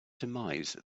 demise